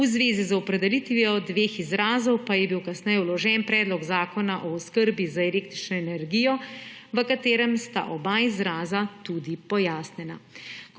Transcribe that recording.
V zvezi z opredelitvijo dveh izrazov pa je bil kasneje vložen predlog zakona o oskrbi z električno energijo, v katerem sta oba izraza tudi pojasnjena.